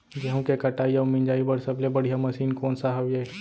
गेहूँ के कटाई अऊ मिंजाई बर सबले बढ़िया मशीन कोन सा हवये?